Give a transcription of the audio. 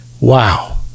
Wow